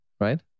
right